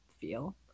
feel